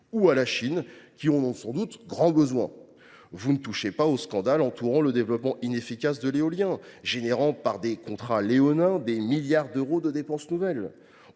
ou à la Chine, qui en ont sans doute grand besoin ! Vous ne touchez pas au scandale entourant le développement inefficace de l’éolien, qui donne lieu, des contrats léonins, à des milliards d’euros de dépenses nouvelles.